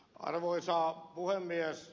arvoisa puhemies